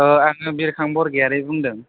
आङो बिरखां बरग'यारि बुंदों